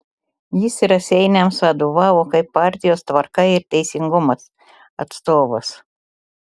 jis raseiniams vadovavo kaip partijos tvarka ir teisingumas atstovas